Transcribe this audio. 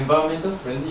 environmental friendly